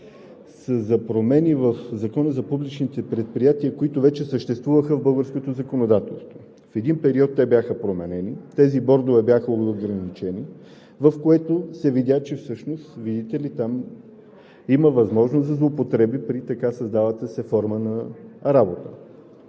са за промени в Закона за публичните предприятия, които вече съществуваха в българското законодателство. В един период те бяха променени – тези бордове бяха ограничени, с което се видя, че всъщност, видите ли, там има възможност за злоупотреби при така създалата се форма на работа.